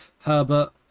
Herbert